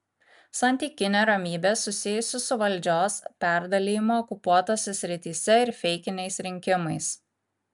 santykinė ramybė susijusi su valdžios perdalijimu okupuotose srityse ir feikiniais rinkimais